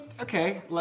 okay